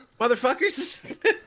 Motherfuckers